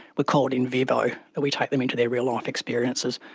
we call it in vivo, we take them into their real-life experiences.